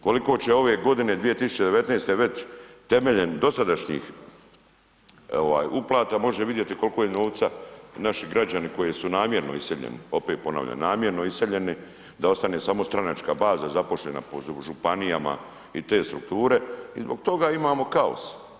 Koliko će ove godine 2019. već temeljem dosadašnjih uplata može vidjeti koliko je novaca naši građani koji su namjerno iseljeni, opet ponavljam namjerno iseljeni da ostane samo stranačka baza zaposlena po županijama i te strukture i zbog toga imamo kaos.